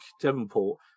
Devonport